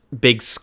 big